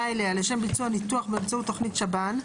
אליה לשם ביצוע ניתוח באמצעות תוכנית שב"ן,